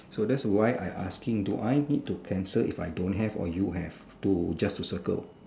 so that's why I asking do I need to cancel if I don't have or you have to just to circle